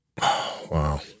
Wow